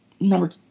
number